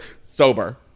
Sober